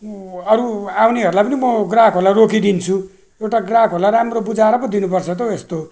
अरू आउनेहरूलाई पनि म ग्राहकहरूलाई रोकिदिन्छु एउटा ग्राहकहरूलाई राम्रो बुझाएर पो दिनुपर्छ त हौ यस्तो